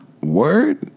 word